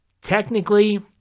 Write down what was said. Technically